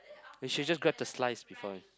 you should have just grab a slice before you